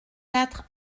quatre